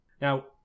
Now